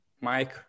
mike